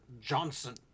Johnson